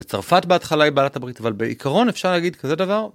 בצרפת בהתחלה היא בעלת הברית אבל בעיקרון אפשר להגיד כזה דבר.